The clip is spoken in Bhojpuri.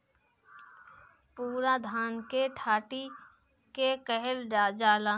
पुअरा धान के डाठी के कहल जाला